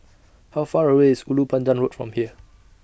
How Far away IS Ulu Pandan Road from here